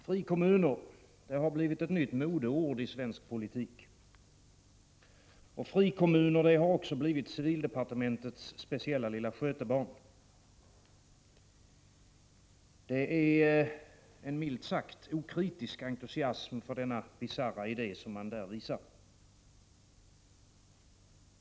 Fru talman! Frikommuner har blivit ett nytt modeord i svensk politik. Och frikommuner har blivit civildepartementets speciella lilla skötebarn. Det är en milt sagt okritisk entusiasm för denna bisarra idé, som man där visar.